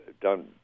done